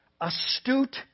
astute